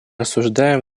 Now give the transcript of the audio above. осуждаем